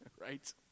right